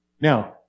Now